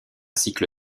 cycle